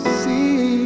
see